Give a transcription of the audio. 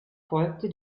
folgte